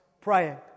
praying